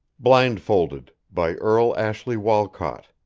blindfolded by earle ashley walcott